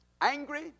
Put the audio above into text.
angry